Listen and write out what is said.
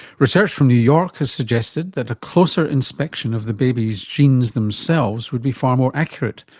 research from new york has suggested that a closer inspection of the baby's genes themselves would be far more accurate.